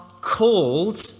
called